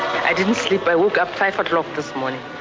i didn't sleep. i woke up five o'clock this morning